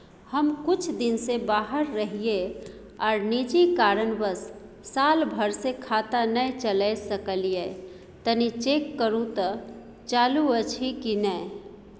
हम कुछ दिन से बाहर रहिये आर निजी कारणवश साल भर से खाता नय चले सकलियै तनि चेक करू त चालू अछि कि नय?